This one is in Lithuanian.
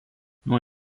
nuo